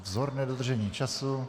Vzorné dodržení času.